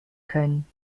können